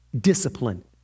discipline